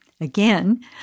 Again